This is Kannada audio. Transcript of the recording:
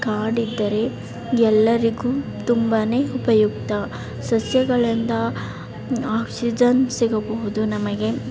ಕಾಡಿದ್ದರೆ ಎಲ್ಲರಿಗೂ ತುಂಬನೇ ಉಪಯುಕ್ತ ಸಸ್ಯಗಳಿಂದ ಆಕ್ಸಿಜನ್ ಸಿಗಬಹುದು ನಮಗೆ